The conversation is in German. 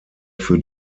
für